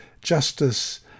justice